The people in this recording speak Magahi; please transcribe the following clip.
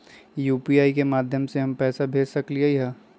यू.पी.आई के माध्यम से हम पैसा भेज सकलियै ह?